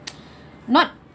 not